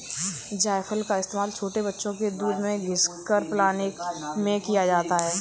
जायफल का इस्तेमाल छोटे बच्चों को दूध में घिस कर पिलाने में किया जाता है